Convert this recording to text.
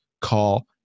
call